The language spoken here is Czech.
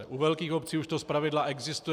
U velkých obcí už to zpravidla existuje.